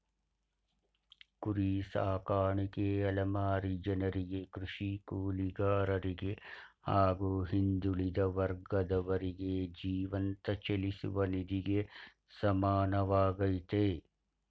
ಕುರಿ ಸಾಕಾಣಿಕೆ ಅಲೆಮಾರಿ ಜನರಿಗೆ ಕೃಷಿ ಕೂಲಿಗಾರರಿಗೆ ಹಾಗೂ ಹಿಂದುಳಿದ ವರ್ಗದವರಿಗೆ ಜೀವಂತ ಚಲಿಸುವ ನಿಧಿಗೆ ಸಮಾನವಾಗಯ್ತೆ